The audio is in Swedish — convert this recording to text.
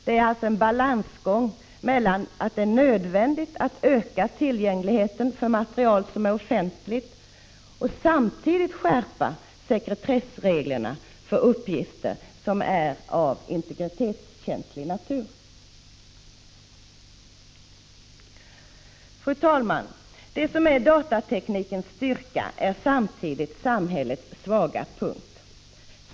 Det är alltså fråga om en balansgång: Det är nödvändigt att öka tillgängligheten för material som är offentligt och samtidigt skärpa sekretessreglerna för uppgifter som är av integritetskänslig natur. Fru talman! Det som är datateknikens styrka är samtidigt samhällets svaga punkt.